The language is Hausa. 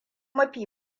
mafi